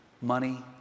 Money